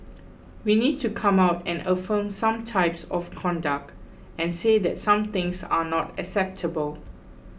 we need to come out and affirm some types of conduct and say that some things are not acceptable